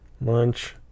lunch